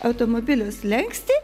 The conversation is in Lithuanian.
automobilio slenkstį